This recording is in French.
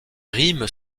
rimes